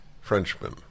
Frenchman